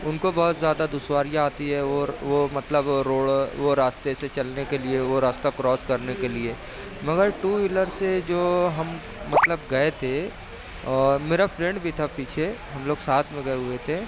ان کو بہت زیادہ دشواریاں آتی ہے اور وہ مطلب روڈ وہ راستے سے چلنے کے لیے وہ راستہ کروس کرنے کے لیے مگر ٹو ویلر سے جو ہم مطلب گئے تھے اور میرا فرینڈ بھی تھا پیچھے ہم لوگ ساتھ میں گئے ہوئے تھے